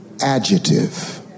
adjective